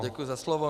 Děkuji za slovo.